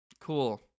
Cool